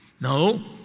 No